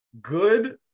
good